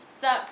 suck